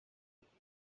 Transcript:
luzeak